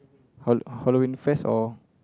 hollow~ hollow~ Halloween Fest or